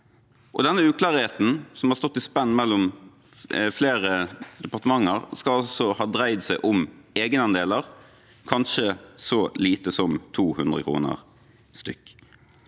Denne uklarheten, som har stått i spenn mellom flere departementer, skal altså ha dreid seg om egenandeler, kanskje så lite som 200 kr per stykk.